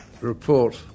report